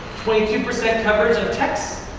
twenty two percent coverage of texts.